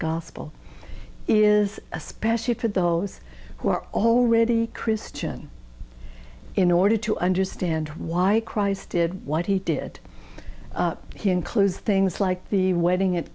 gospel is especially for those who are already christian in order to understand why he cries did what he did he includes things like the wedding